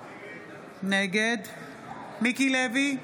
נגד מיקי לוי,